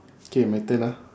K my turn ah